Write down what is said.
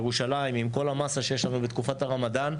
ירושלים עם כל המסה שיש לנו בתקופת הרמדאן,